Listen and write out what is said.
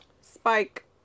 Spike